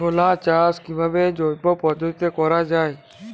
ছোলা চাষ কিভাবে জৈব পদ্ধতিতে করা যায়?